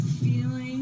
feeling